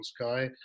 Sky